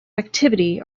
activity